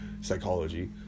psychology